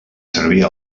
servir